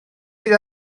sydd